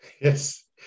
Yes